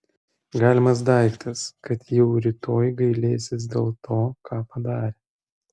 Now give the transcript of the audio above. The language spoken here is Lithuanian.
galimas daiktas kad jau rytoj gailėsis dėl to ką padarė